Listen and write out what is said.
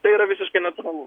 tai yra visiškai natūralu